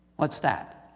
what's that?